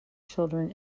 children